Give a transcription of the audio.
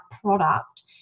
product